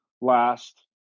last